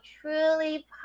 truly